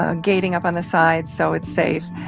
ah gating up on the sides, so it's safe.